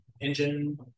engine